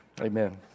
Amen